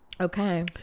Okay